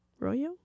Royo